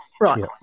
right